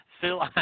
Phil